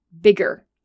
bigger